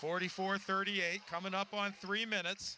forty four thirty eight coming up on three minutes